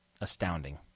astounding